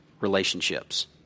relationships